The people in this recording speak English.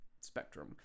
spectrum